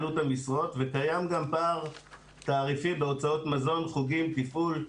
קיים גם פער תעריפי בהוצאות מזון, חוגים, תפעול.